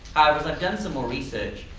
like done some more research.